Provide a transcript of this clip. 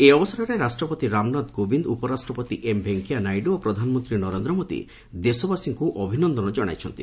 ଏହି ଅବସରରେ ରାଷ୍ଟପତି ରାମନାଥ କୋବିନ୍ଦ ଉପରାଷ୍ଟପତି ଏମ୍ ଭେଙ୍କୟାନାଇଡ଼ୁ ଓ ପ୍ରଧାନମନ୍ତ୍ରୀ ନରେନ୍ଦ୍ର ମୋଦି ଦେଶବାସୀଙ୍କୁ ଅଭିନନ୍ଦନ ଜଣାଇଛନ୍ତି